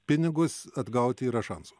pinigus atgauti yra šansų